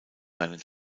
seinen